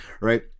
Right